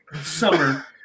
summer